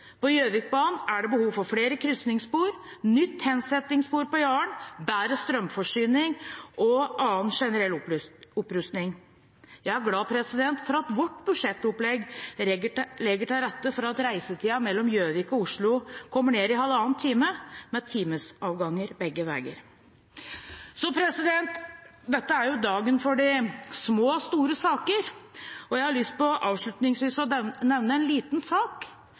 På Gjøvikbanen er det behov for flere krysningsspor, nytt hensettingsspor på Jaren, bedre strømforsyning og annen generell opprusting. Jeg er glad for at vårt budsjettopplegg legger til rette for at reisetiden mellom Gjøvik og Oslo kommer ned i halvannen time med timesavganger begge veier. Dette er dagen for de små og store saker, og jeg har avslutningsvis lyst til å nevne en liten sak,